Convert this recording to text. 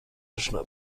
اشنا